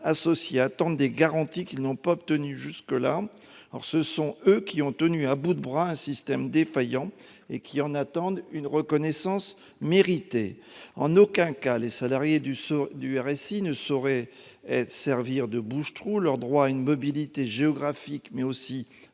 associés attendent des garanties qu'ils n'ont pas obtenues jusqu'à présent. Or ce sont eux qui ont tenu à bout de bras un système défaillant ; ils espèrent une reconnaissance méritée de leurs efforts. En aucun cas, les salariés du RSI ne sauraient servir de « bouche-trous ». Leurs droits à une mobilité géographique, mais aussi